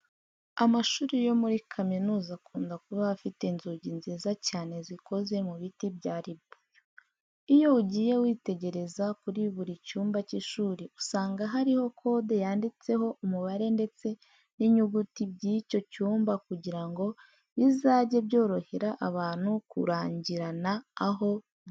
Amashuri yo muri kaminuza akunda kuba afite inzugi nziza cyane zikoze mu biti bya ribuyu. Iyo ugiye witegereza kuri buri cyumba cy'ishuri usanga hariho kode yanditseho umubare ndetse n'inyuguti by'icyo cyumba kugira ngo bizajye byorohera abantu kurangirana aho bari.